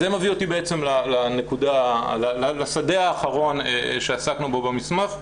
זה מביא אותי לשדה האחרון שעסקנו בו במסמך,